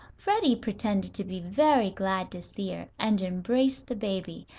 freddie pretended to be very glad to see her, and embraced the baby.